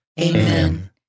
Amen